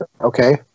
Okay